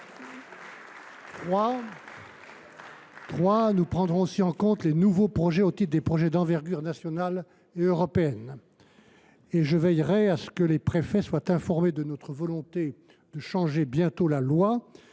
Nous prendrons aussi en compte les nouveaux projets au titre des projets d’envergure nationale et européenne. Je veillerai à ce que les préfets soient informés de notre volonté de changer bientôt la loi